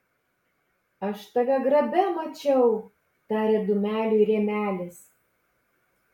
aš tave grabe mačiau tarė dūmeliui rėmelis